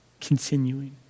continuing